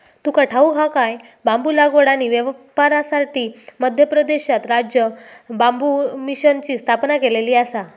तुका ठाऊक हा काय?, बांबू लागवड आणि व्यापारासाठी मध्य प्रदेशात राज्य बांबू मिशनची स्थापना केलेली आसा